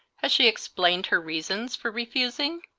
has she explained her reasons for refusing?